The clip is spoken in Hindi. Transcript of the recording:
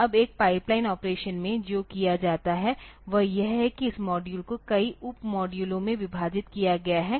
अब एक पाइपलाइन ऑपरेशन में जो किया जाता है वह यह है कि इस मॉड्यूल को कई उप मॉड्यूलों में विभाजित किया गया है